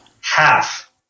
Half